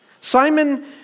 Simon